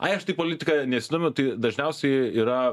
ai aš tai politika nesidomiu tai dažniausiai yra